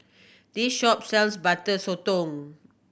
this shop sells Butter Sotong